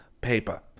paper